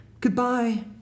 Goodbye